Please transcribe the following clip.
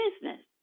business